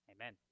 Amen